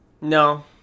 No